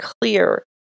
clear